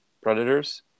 Predators